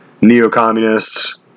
neo-communists